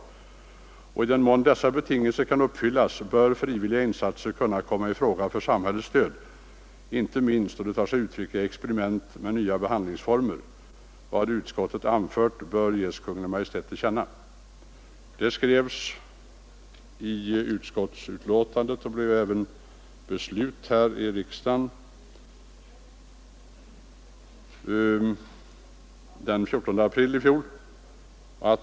I den mån dessa betingelser kan uppfyllas bör frivilliga insatser kunna komma i fråga för samhällets stöd inte minst då de tar sig uttryck i experiment med nya behandlingsformer. Vad utskottet anfört bör ges Kungl. Maj:t till känna.” Detta skrevs i utskottsbetänkandet och blev även riksdagens beslut den 14 april i fjol.